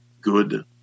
good